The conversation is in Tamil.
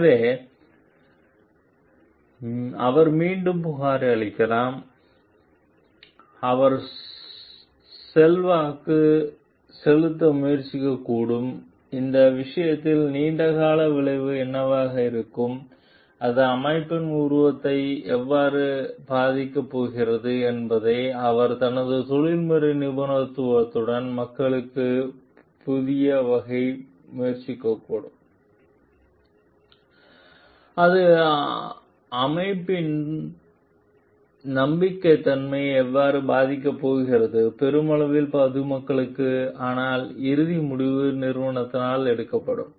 எனவே அவர் மீண்டும் புகாரளிக்கலாம் அவர் செல்வாக்கு செலுத்த முயற்சிக்கக்கூடும் இந்த விஷயத்தின் நீண்ட கால விளைவு என்னவாக இருக்கும் அது அமைப்பின் உருவத்தை எவ்வாறு பாதிக்கப் போகிறது என்பதை அவர் தனது தொழில்முறை நிபுணத்துவத்துடன் மக்களுக்கு புரிய வைக்க முயற்சிக்கக்கூடும் அது அமைப்பின் நம்பகத்தன்மையை எவ்வாறு பாதிக்கப் போகிறது பெரிய அளவில் பொதுமக்களுக்கு ஆனால் இறுதி முடிவு நிறுவனத்தால் எடுக்கப்படும்